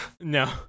No